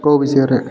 କେଉଁ ବିଷୟରେ